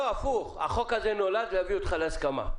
הפוך, החוק הזה נולד להביא אותך להסכמה.